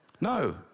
No